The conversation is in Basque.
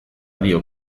dio